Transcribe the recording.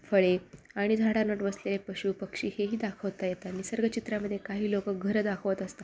फळे आणि झाडांवर बसले पशु पक्षी हेही दाखवता येतात निसर्ग चित्रामध्ये काही लोक घरं दाखवत असतात